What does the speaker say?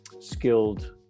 skilled